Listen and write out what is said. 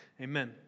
Amen